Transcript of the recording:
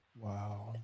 Wow